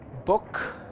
Book